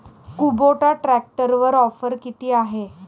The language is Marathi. कुबोटा ट्रॅक्टरवर ऑफर किती आहे?